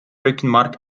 rückenmark